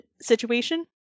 situation